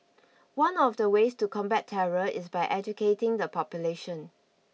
one of the ways to combat terror is by educating the population